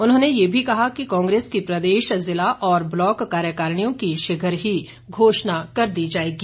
उन्होंने ये भी कहा कि कांग्रेस की प्रदेश जिला और ब्लॉक कार्यकारणियों की शीघ्र ही घोषणा कर दी जाएगी